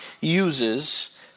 uses